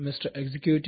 Executive